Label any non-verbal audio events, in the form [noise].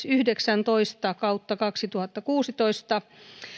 [unintelligible] yhdeksäntoista kautta kaksituhattakuusitoista